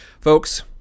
folks